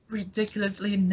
ridiculously